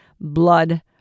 blood